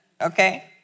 okay